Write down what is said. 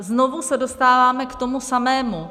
Znovu se dostáváme k tomu samému.